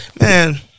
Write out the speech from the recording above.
Man